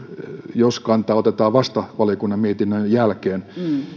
jos kanta otetaan vasta valiokunnan mietinnön jälkeen